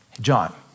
John